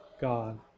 God